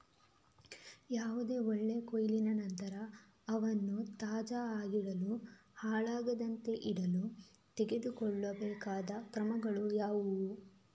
ಯಾವುದೇ ಬೆಳೆಯ ಕೊಯ್ಲಿನ ನಂತರ ಅವನ್ನು ತಾಜಾ ಆಗಿಡಲು, ಹಾಳಾಗದಂತೆ ಇಡಲು ತೆಗೆದುಕೊಳ್ಳಬೇಕಾದ ಕ್ರಮಗಳು ಯಾವುವು?